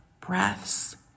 breaths